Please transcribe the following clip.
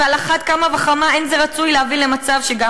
ועל אחת כמה וכמה אין זה רצוי להביא למצב שגם